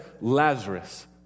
Lazarus